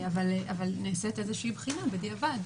אבל נעשית איזו בחינה בדיעבד,